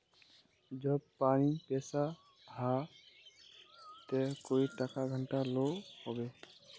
जब पानी पैसा हाँ ते कई टका घंटा लो होबे?